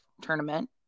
tournament